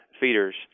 feeders